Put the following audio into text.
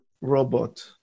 robot